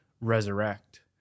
resurrect